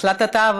תודה.